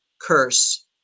curse